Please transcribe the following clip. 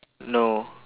no